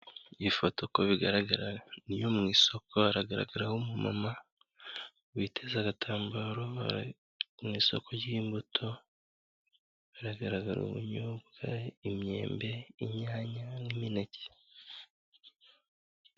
Iyi foto uko bigaragara niyo mu isoko haragaragara umuma witeza agatambaro mw, isoko ry'imbuto hagaragara ubunyobwa,,imyembe, inyanya, n'imineke.